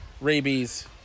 rabies